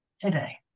today